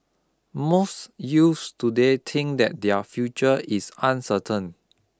most youth today think that their future is uncertain